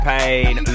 Pain